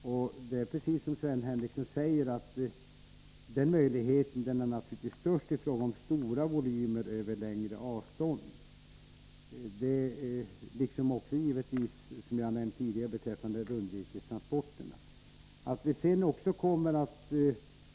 Den möjligheten är, precis som Sven Henricsson säger, naturligtvis störst i fråga om stora volymer över längre avstånd. Det gäller givetvis också rundvirkestransporterna, som jag nämnde tidigare.